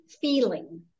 feeling